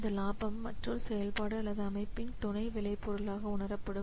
இந்த லாபம் மற்றொரு செயல்பாடு அல்லது அமைப்பின் துணை விளைபொருளாக உணரப்படும்